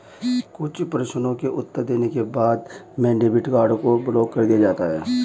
कुछ प्रश्नों के उत्तर देने के बाद में डेबिट कार्ड को ब्लाक कर दिया जाता है